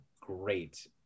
great